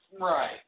Right